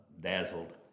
dazzled